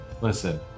Listen